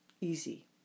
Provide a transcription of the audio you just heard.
Easy